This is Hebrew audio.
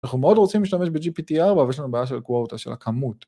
אנחנו מאוד רוצים להשתמש ב-GPT4, אבל יש לנו בעיה של קווטה, של הכמות.